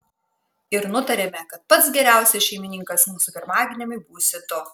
ir nutarėme kad pats geriausias šeimininkas mūsų pirmagimiui būsi tu